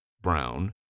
Brown